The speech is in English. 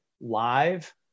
live